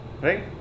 right